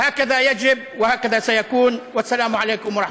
המילים היחידות שיועילו הן המילים האלה ומה שאמרנו לַךְ